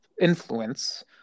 influence